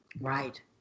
Right